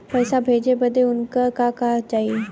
पैसा भेजे बदे उनकर का का चाही?